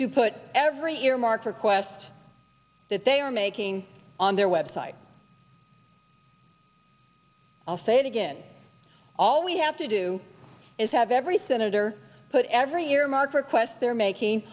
to put every earmark requests that they are making on their web site i'll say it again all we have to do is have every senator put every earmark requests they're making